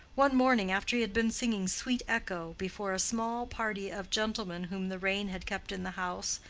one morning after he had been singing sweet echo before small party of gentlemen whom the rain had kept in the house,